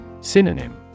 Synonym